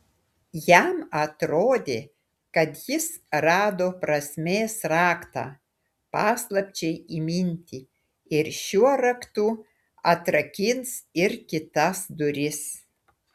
jam atrodė kad jis rado prasmės raktą paslapčiai įminti ir šiuo raktu atrakins ir kitas duris